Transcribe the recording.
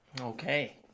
Okay